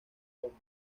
hombre